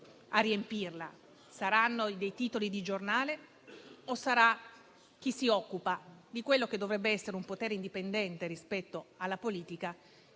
quei vuoti. Saranno dei titoli di giornale o sarà chi si occupa di quello che dovrebbe essere un potere indipendente rispetto alla politica